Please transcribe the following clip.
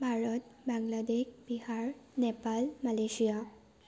Bharat Bangladesh Bihar Nepal Malaysia